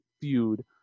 feud